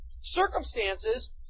Circumstances